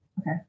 Okay